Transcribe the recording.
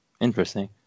interesting